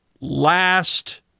last